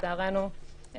לצערנו,